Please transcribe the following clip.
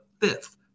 fifth